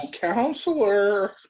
counselor